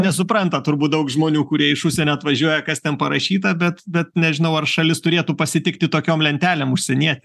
nesupranta turbūt daug žmonių kurie iš užsienio atvažiuoja kas ten parašyta bet bet nežinau ar šalis turėtų pasitikti tokiom lentelėm užsienietį